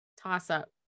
toss-up